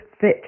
fit